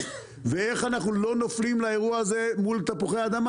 ואיך אנחנו לא נופלים לאירוע הזה מול תפוחי-אדמה